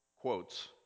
quotes